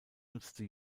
nutzte